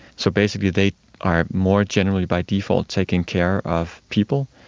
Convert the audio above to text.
so basically they are more generally by default taking care of people,